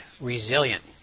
resilient